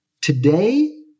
today